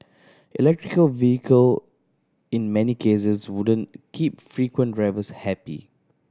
electric vehicle in many cases wouldn't keep frequent drivers happy